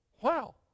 Wow